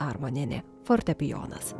armonienė fortepijonas